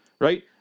right